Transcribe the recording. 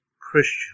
Christian